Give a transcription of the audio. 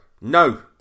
no